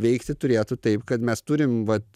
veikti turėtų taip kad mes turim vat